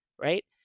right